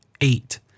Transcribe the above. Eight